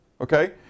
okay